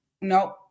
no